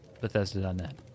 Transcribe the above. Bethesda.net